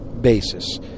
basis